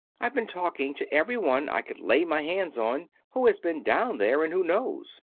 i've been talking to everyone i could lay my hands on who has been down there and who knows.